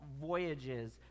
voyages